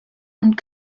und